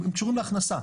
הם קשורים להכנסה,